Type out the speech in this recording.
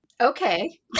Okay